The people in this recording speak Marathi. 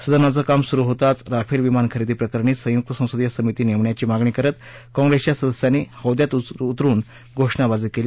सदनाचं कामकाज सुरु होताच राफेल विमान खरेदी प्रकरणी संयुक्त संसदीय समिती नेमण्याची मागणी करत काँग्रेसच्या सदस्यांनी हौद्यात उतरुन घोषणाबाजी केली